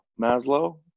Maslow